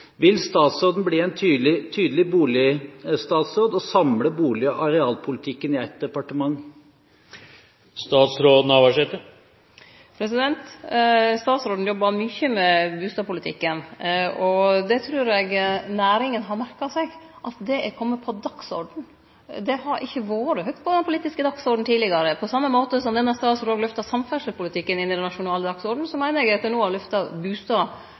Vil statsråden bli en tydelig boligstatsråd og samle bolig- og arealpolitikken i ett departement? Statsråden jobbar mykje med bustadpolitikken. Eg trur næringa har merka seg at det er kome på dagsordenen. Det har ikkje vore høgt på den politiske dagsordenen tidlegare. På same måte som denne statsråden lyfta samferdselspolitikken opp på den nasjonale dagsordenen, meiner eg at eg no har